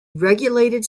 regulated